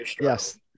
Yes